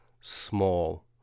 Small